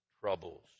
troubles